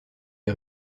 les